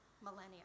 millennia